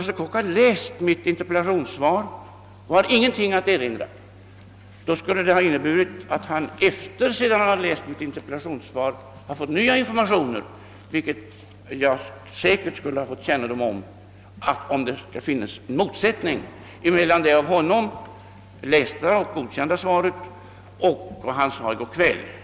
Men han har läst mitt interpellationssvar och hade ingenting att erinra. Om det finns en spänning mellan hans uppgifter och mitt svar skulle det betyda att han, efter att ha läst mitt interpellationssvar, skulle ha fått nya informationer. Jag skulle dock säkert ha fått kännedom om, ifall det hade funnits motsättning mellan det av honom lästa och godkända svaret och det han sade i går kväll.